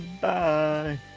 bye